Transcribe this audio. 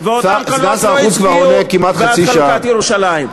סגן השר עונה כבר כמעט חצי שעה.